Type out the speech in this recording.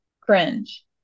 cringe